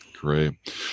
Great